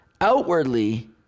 Outwardly